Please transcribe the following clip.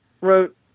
wrote